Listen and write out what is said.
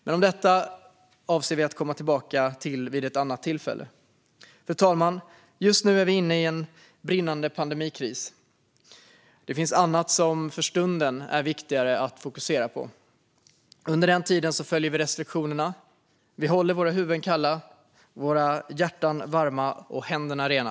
Detta avser vi att komma tillbaka till vid ett annat tillfälle. Fru talman! Just nu är vi inne i en brinnande pandemikris. Det finns annat som för stunden är viktigare att fokusera på. Under tiden följer vi restriktionerna och håller våra huvuden kalla, våra hjärtan varma och händerna rena.